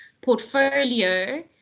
portfolio